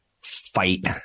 fight